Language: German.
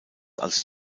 als